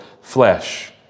flesh